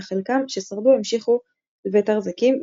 אך חלקם ששרדו המשיכו לבט"ר זיקים,